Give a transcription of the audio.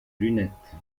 lunettes